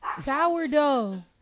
sourdough